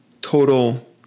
total